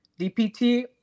DPT